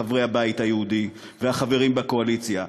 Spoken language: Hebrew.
חברי הבית היהודי והחברים בקואליציה,